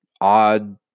odd